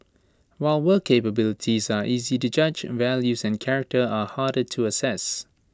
while work capabilities are easy to judge values and character are harder to assess